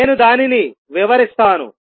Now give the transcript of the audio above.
నేను దానిని వివరిస్తాను